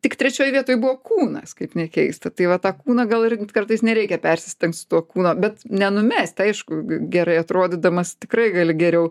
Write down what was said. tik trečioj vietoj buvo kūnas kaip nekeista tai va tą kūną gal ir kartais nereikia persistengt su tuo kūno bet nenumesti aišku gerai atrodydamas tikrai gali geriau